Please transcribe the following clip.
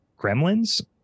gremlins